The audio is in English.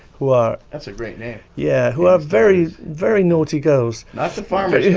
who are that's a great name. yeah who are very, very naughty girls, not the farmer's